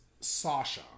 Sasha